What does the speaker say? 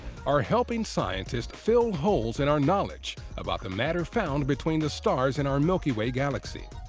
are helping scientists fill holes in our knowledge about the matter found between the stars in our milky way galaxy.